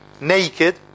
naked